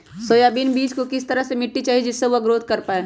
Soybean बीज को किस तरह का मिट्टी चाहिए जिससे वह ग्रोथ कर पाए?